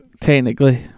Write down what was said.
technically